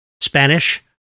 Spanish